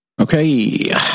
Okay